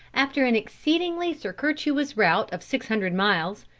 after an exceedingly circuitous route of six hundred miles,